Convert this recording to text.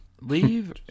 leave